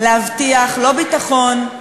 להבטיח לא ביטחון,